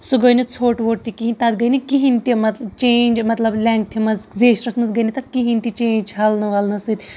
سُہ گٔیٚے نہٕ ژھوٚٹ ووٚٹ تہِ کِہینۍ تَتھ گٔیٚے نہٕ کِہینۍ مط چینج مطلب لینٛگتھِ منٛز زیچھرس منٛز گٔیٚے نہٕ تتھ کِہینۍ تیِ چینج چھلنہٕ وَلنہٕ سۭتۍ